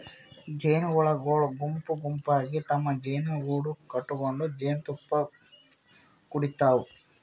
ಜೇನಹುಳಗೊಳ್ ಗುಂಪ್ ಗುಂಪಾಗಿ ತಮ್ಮ್ ಜೇನುಗೂಡು ಕಟಗೊಂಡ್ ಜೇನ್ತುಪ್ಪಾ ಕುಡಿಡ್ತಾವ್